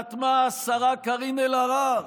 חתמה השרה קארין אלהרר,